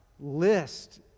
list